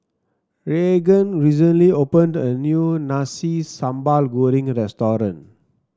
Raegan recently opened a new Nasi Sambal Goreng